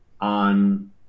on